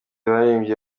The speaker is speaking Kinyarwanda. baririmbye